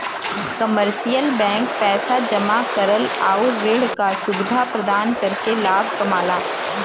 commercial bank पैसा जमा करल आउर ऋण क सुविधा प्रदान करके लाभ कमाला